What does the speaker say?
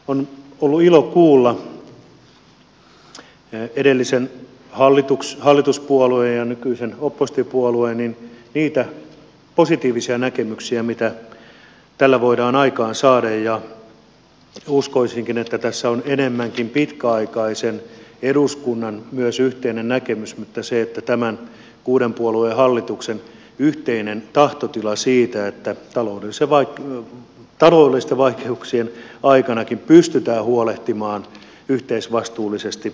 on ollut ilo kuulla edellisen hallituspuolueen ja nykyisen oppositiopuolueen niitä positiivisia näkemyksiä mitä tällä voidaan aikaansaada ja uskoisinkin että tässä on enemmänkin pitkäaikaisen eduskunnan yhteinen näkemys mutta myös tämän kuuden puolueen hallituksen yhteinen tahtotila siitä että taloudellisten vaikeuksien aikanakin pystytään huolehtimaan yhteisvastuullisesti heikompiosaisten asioista